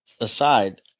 aside